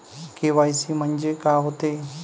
KYC म्हंनजे का होते?